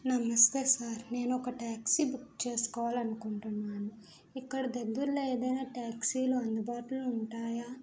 నమస్తే సార్ నేను ఒక ట్యాక్సీ బుక్ చేసుకోవాలి అనుకుంటున్నాను ఇక్కడ దగ్గర్లో ఏదైనా ట్యాక్సీలు అందుబాటులో ఉంటాయా